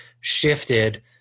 shifted